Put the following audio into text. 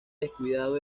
descuidado